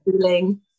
feeling